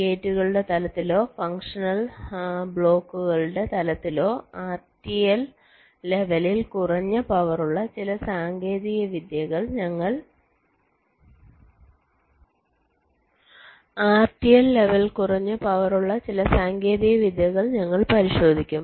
ഗേറ്റുകളുടെ തലത്തിലോ ഫംഗ്ഷണൽ ബ്ലോക്കുകളുടെ തലത്തിലോ RTL ലെവലിൽ കുറഞ്ഞ പവറുള്ള ചില സാങ്കേതിക വിദ്യകൾ ഞങ്ങൾ പരിശോധിക്കും